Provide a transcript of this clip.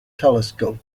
telescope